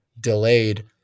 delayed